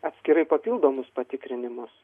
atskirai papildomus patikrinimus